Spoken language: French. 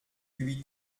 lui